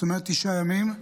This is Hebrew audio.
זאת אומרת תשעה ימים.